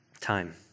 time